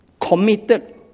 Committed